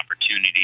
opportunity